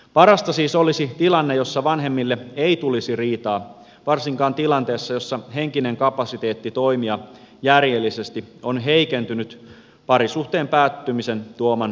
parasta siis olisi tilanne jossa vanhemmille ei tulisi riitaa varsinkaan tilanteessa jossa henkinen kapasiteetti toimia järjellisesti on heikentynyt parisuhteen päättymisen tuoman kuorman vuoksi